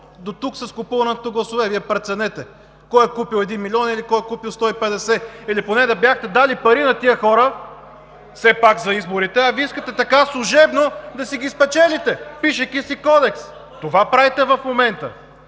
Дотук с купуването на гласове. Вие преценете – кой е купил един милион и кой е купил 150 хиляди? Или поне да бяхте дали пари на тези хора все пак за изборите, а Вие искате така, служебно, да си ги спечелите, пишейки си Кодекс! Това правите в момента.